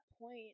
point